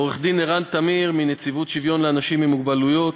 עו"ד ערן טמיר מנציבות שוויון לאנשים עם מוגבלויות,